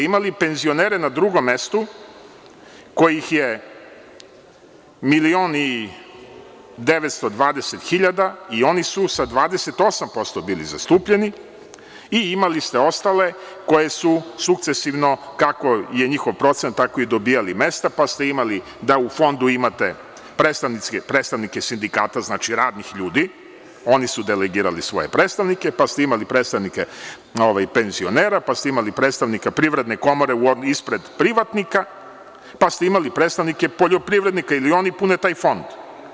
Imali ste penzionere na drugom mestu kojih je 1.920.000 i oni su sa 28% bili zastupljeni i imali ste ostale koji su sukcesivno kako je njihov procenat tako i dobijali mesta, pa ste imali da u Fondu ima predstavnike sindikata, znači radnih ljudi, oni su delegirali svoje predstavnike, pa ste imali predstavnike penzionera, pa ste imali predstavnika Privredne komore ispred privatnika, pa ste imali predstavnike poljoprivrednika, jer i oni pune taj Fond.